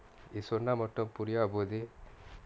இது சொன்னா மட்டும் புரியவா போது:ithu sonnaa mattum puriyavaa pothu